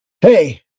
hey